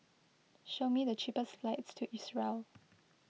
show me the cheapest flights to Israel